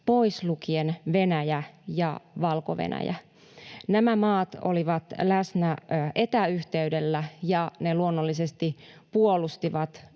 pois lukien Venäjä ja Valko-Venäjä. Nämä maat olivat läsnä etäyhteydellä, ja ne luonnollisesti puolustivat